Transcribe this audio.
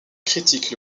critique